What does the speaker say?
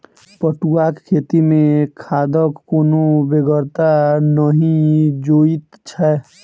पटुआक खेती मे खादक कोनो बेगरता नहि जोइत छै